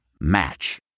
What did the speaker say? Match